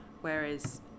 whereas